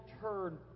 turn